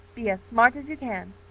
be as smart as you can.